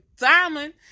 diamond